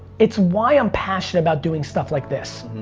it's why i'm passionate about doing stuff like this.